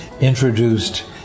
introduced